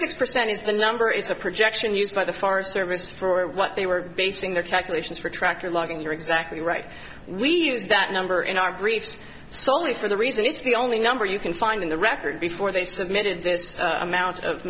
six percent is the number is a projection used by the forest service for what they were basing their calculations for tractor logging you're exactly right we use that number in our briefs solely for the reason it's the only number you can find in the record before they submitted this amount of